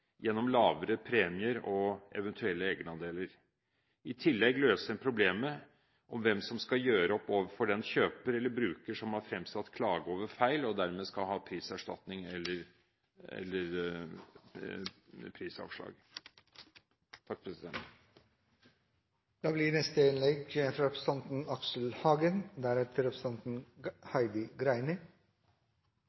gjennom lavere premier og eventuelle egenandeler. I tillegg løser en problemet med hvem som skal gjøre opp overfor den kjøper eller bruker som har fremsatt klage over feil, og dermed skal ha prisavslag.